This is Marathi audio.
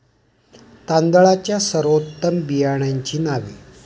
तांदळाच्या सर्वोत्तम बियाण्यांची नावे?